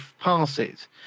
passes